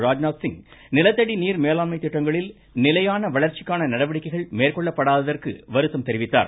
ராஜ்நாத் சிங் நிலத்தடி நீர் மேலாண்மை திட்டங்களில் நிலையான வளர்ச்சிக்கான நடவடிக்கைகள் மேற்கொள்ளப் படாததற்கு வருத்தம் தெரிவித்தார்